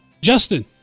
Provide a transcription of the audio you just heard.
Justin